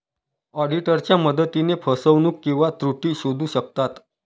ऑडिटरच्या मदतीने फसवणूक किंवा त्रुटी शोधू शकतात